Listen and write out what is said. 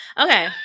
Okay